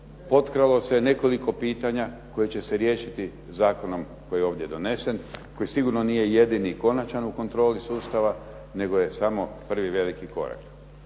potkralo se nekoliko pitanja koja će se riješiti zakonom koji je ovdje donesen, koji sigurno nije jedini i konačan u kontroli sustava nego je samo prvi veliki korak.